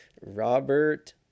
Robert